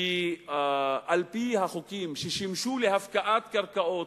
כי על-פי החוקים ששימשו להפקעת קרקעות